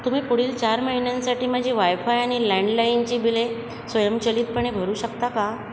तुम्ही पुढील चार महिन्यांसाठी माझी वायफाय आणि लँडलाईनची बिले स्वयंचलितपणे भरू शकता का